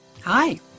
Hi